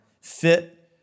fit